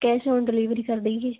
cash on delivery ਕਰ ਦੇਈਏ